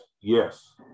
Yes